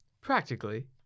Practically